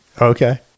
Okay